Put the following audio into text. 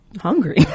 Hungry